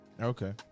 Okay